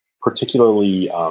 particularly